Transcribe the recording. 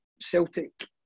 Celtic